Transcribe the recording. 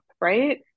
right